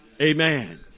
Amen